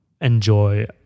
enjoy